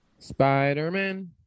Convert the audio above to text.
Spider-Man